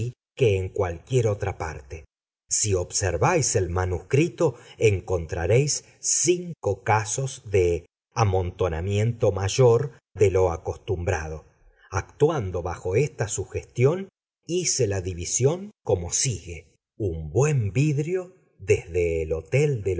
que en cualquiera otra parte si observáis el manuscrito encontraréis cinco casos de amontonamiento mayor de lo acostumbrado actuando bajo esta sugestión hice la división como sigue un buen vidrio desde el hotel